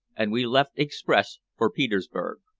and we left express for petersburg.